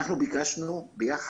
ביקשנו ביחד,